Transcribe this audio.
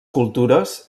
cultures